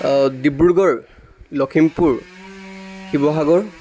Dibrugarh Lakhimpur Sivasagar